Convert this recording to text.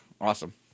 awesome